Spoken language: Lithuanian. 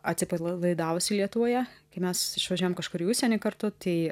atsipalaidavusi lietuvoje kai mes išvažiuojam kažkur į užsienį kartu tai